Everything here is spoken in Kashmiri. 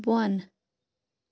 بۄن